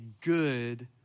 good